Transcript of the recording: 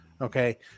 okay